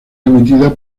emitida